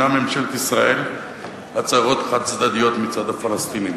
ממשלת ישראל הצהרות חד-צדדיות מצד הפלסטינים.